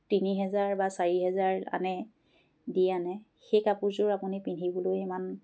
তিনি হেজাৰ বা চাৰি হেজাৰ আনে দি আনে সেই কাপোৰযোৰ আপুনি পিন্ধিবলৈ ইমান